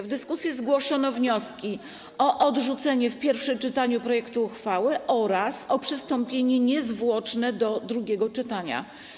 W dyskusji zgłoszono wnioski o odrzucenie w pierwszym czytaniu projektu uchwały oraz o przystąpienie niezwłocznie do drugiego czytania.